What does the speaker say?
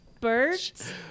Birds